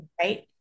Right